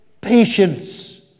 patience